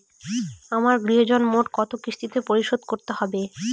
আমার গৃহঋণ মোট কত কিস্তিতে পরিশোধ করতে হবে?